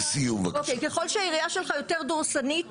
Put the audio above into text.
ככל שהעירייה שלך יותר דורסנית